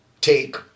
take